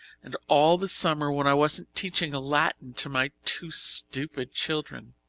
and all the summer when i wasn't teaching latin to my two stupid children.